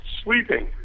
sleeping